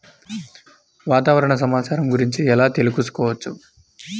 వాతావరణ సమాచారము గురించి ఎలా తెలుకుసుకోవచ్చు?